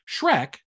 Shrek